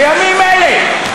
בימים אלה,